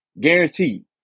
guaranteed